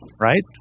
Right